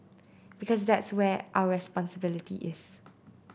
because that is where our responsibility is